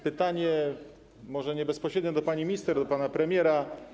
Pytanie może nie bezpośrednio do pani minister, do pana premiera.